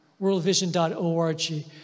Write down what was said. worldvision.org